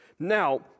Now